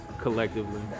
Collectively